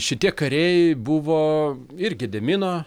šitie kariai buvo ir gedimino